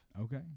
Okay